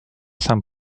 sam